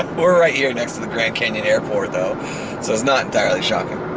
we're right here next to the grand canyon airport though so it's not entirely shocking.